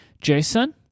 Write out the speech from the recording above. Jason